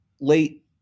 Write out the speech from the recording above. late